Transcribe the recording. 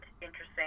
interesting